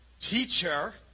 teacher